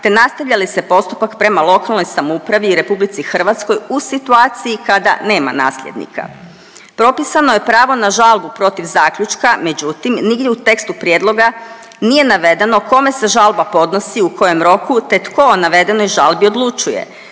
te nastavlja li se postupak prema lokalnoj samoupravi i RH u situaciji kada nema nasljednika. Propisano je pravo na žalbu protiv zaključka, međutim nigdje u tekstu prijedloga nije navedeno kome se žalba podnosi, u kojem roku te tko o navedenoj žali odlučuje.